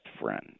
friend